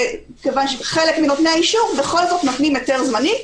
וכיוון שחלק מנותני האישור נותנים היתר זמני,